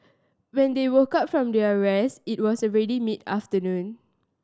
when they woke up from their rest it was already mid afternoon